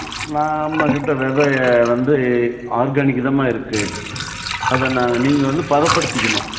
நா நம்மக்கிட்ட விதைய வந்து ஆர்கானிக்தாம்மா இருக்குது அதை நான் நீங்கள் வந்து பதப்படுத்திக்கணும்